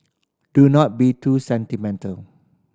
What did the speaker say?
do not be too sentimental